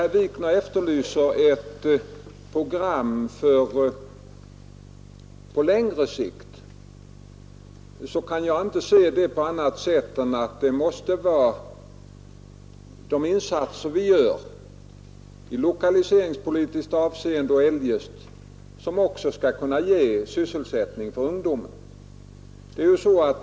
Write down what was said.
Herr Wikner efterlyser ett program på längre sikt, men jag kan inte se saken på annat sätt än att det måste vara de insatser vi gör i lokaliseringspolitiskt avseende och eljest som också skall kunna ge sysselsättning för ungdomen.